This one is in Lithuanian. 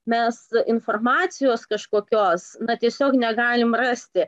mes informacijos kažkokios na tiesiog negalim rasti